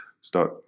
start